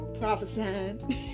prophesying